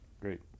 Great